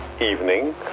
evening